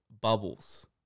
bubbles